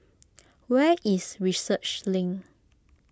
where is Research Link